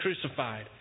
crucified